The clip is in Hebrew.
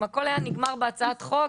אם הכל היה נגמר בהצעת חוק,